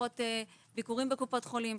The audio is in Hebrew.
פחות ביקורים בקופות חולים,